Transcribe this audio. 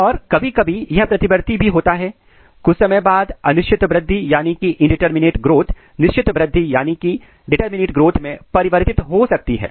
और कभी कभी यह प्रतिवर्ती भी होता है कुछ समय बाद अनिश्चित वृद्धि इंडिटरमिनेट ग्रोथ निश्चित वृद्धि डिटरमिनेट ग्रोथ में परिवर्तित हो सकती है